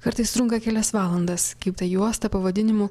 kartais trunka kelias valandas kaip ta juosta pavadinimu